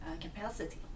capacity